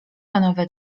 nowe